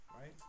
right